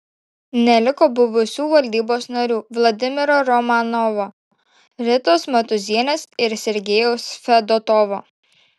neliko buvusių valdybos narių vladimiro romanovo ritos matūzienės ir sergejaus fedotovo